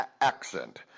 accent